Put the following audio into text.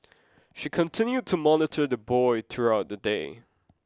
she continued to monitor the boy throughout the day